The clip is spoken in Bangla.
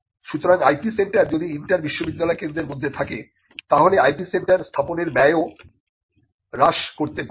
সুতরাং IP সেন্টার যদি ইন্টার বিশ্ববিদ্যালয় কেন্দ্রের মধ্যে থাকে তাহলে IP সেন্টার স্থাপনের ব্যয়ও হ্রাস করতে পারে